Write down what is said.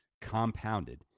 Compounded